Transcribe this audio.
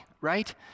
right